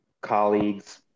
colleagues